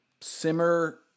Simmer